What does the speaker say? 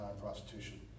prostitution